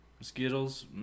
Skittles